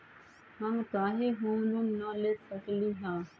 हम काहे home loan न ले सकली ह?